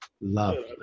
love